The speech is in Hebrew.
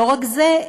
ולא רק זה,